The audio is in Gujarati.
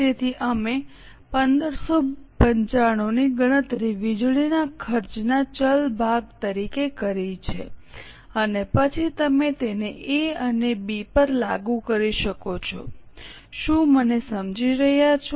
તેથી અમે 1595 ની ગણતરી વીજળીના ખર્ચના ચલ ભાગ તરીકે કરી છે અને પછી તમે તેને A અને B પર લાગુ કરી શકો છો શું મને સમજી રહ્યા છો